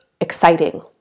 exciting